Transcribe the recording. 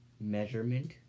measurement